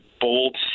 bold